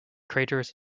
craters